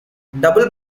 double